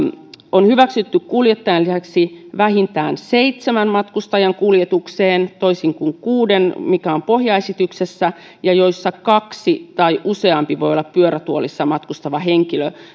on hyväksytty kuljettajan lisäksi vähintään seitsemän matkustajan kuljetukseen toisin kuin kuuden mikä on pohjaesityksessä ja joista kaksi tai useampi voi olla pyörätuolissa matkustava henkilö